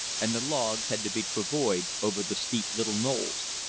and the logs had to be travoyed over the steep little knolls.